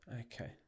okay